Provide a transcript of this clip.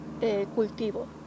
cultivo